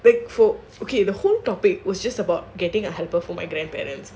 big foot okay the whole topic was just about getting a helper for my grandparents